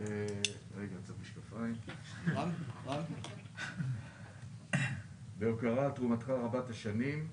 אני מודה לכם על המילים החמות ועל שמצאתם לנכון לציין את